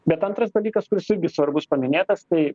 bet antras dalykas kuris irgi svarbus paminėtas tai